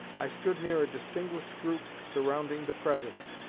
i stood near a distinguished group surrounding the president,